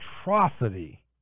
atrocity